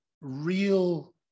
real